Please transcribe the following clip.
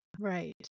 right